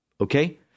Okay